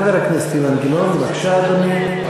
חבר הכנסת אילן גילאון, בבקשה, אדוני.